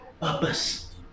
purpose